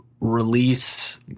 release